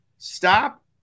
stop